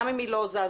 גם אם היא לא זזה,